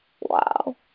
wow